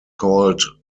called